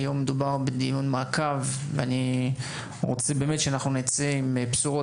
היום מדובר בדיון מעקב ואני רוצה שנצא עם בשורות.